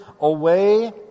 away